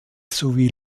sowie